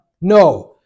No